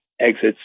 exits